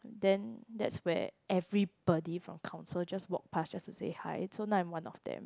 then that's where everybody from council just walk pass just to say hi so now I am one of them